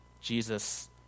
Jesus